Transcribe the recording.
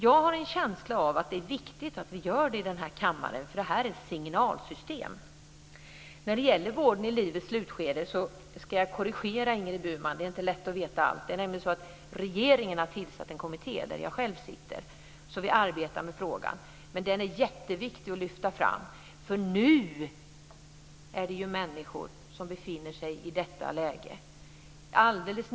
Jag har en känsla av att det är viktigt att det görs i den här kammaren, eftersom den kan betraktas som ett signalsystem. När det gäller vården i livets slutskede ska jag korrigera Ingrid Burman. Det är inte lätt att veta allt. Regeringen har tillsatt en kommitté, där jag själv sitter med, som arbetar med denna fråga, och det är jätteviktigt att den lyfts fram. Det finns människor som nu befinner sig i detta läge.